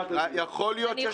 יכול להיות שיש לה אינדיקציה.